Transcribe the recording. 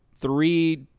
Three